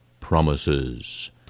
Promises